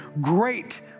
great